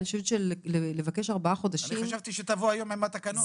אני חשבתי שתבוא היום עם התקנות.